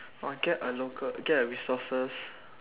must get a local get a resources